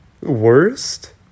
Worst